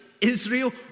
Israel